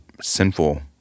sinful